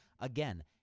Again